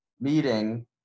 meeting